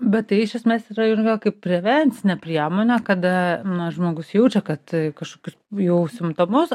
bet tai iš esmės yra ir vėl kaip prevencinė priemonė kada na žmogus jaučia kad kažkokius jau simptomus